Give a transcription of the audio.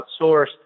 outsourced